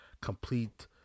complete